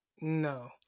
no